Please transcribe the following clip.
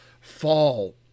fall